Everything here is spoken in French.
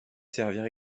servir